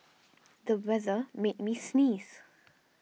the weather made me sneeze